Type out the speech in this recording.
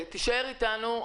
תישאר איתנו.